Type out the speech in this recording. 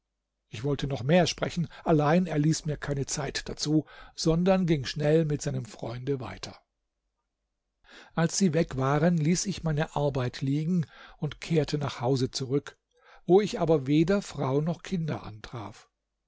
ich wollte noch mehr sprechen allein er ließ mir keine zeit dazu sondern ging schnell mit seinem freunde weiter als sie weg waren ließ ich meine arbeit liegen und kehrte nach hause zurück wo ich aber weder frau noch kinder antraf